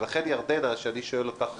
לכן אני שואל אותך עכשיו,